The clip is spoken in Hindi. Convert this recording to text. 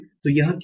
तो यह क्या है